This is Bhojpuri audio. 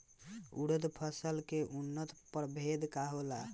उरद फसल के उन्नत प्रभेद का होला?